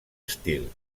estil